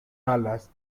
alas